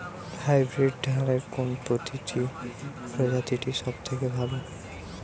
Hybrid ধানের কোন প্রজীতিটি সবথেকে ভালো?